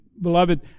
beloved